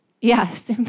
Yes